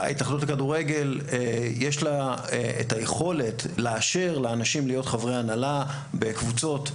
להתאחדות לכדורגל יש את היכולת לאשר לאנשים להיות חברי הנהלה בקבוצות,